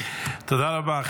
תודה רבה.